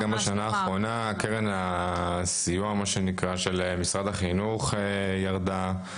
גם בשנה האחרונה, קרן הסיוע של משרד החינוך ירדה.